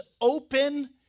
open